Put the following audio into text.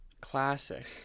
classic